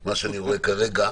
מה שאני רואה כרגע.